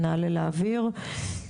ונעלה לאוויר.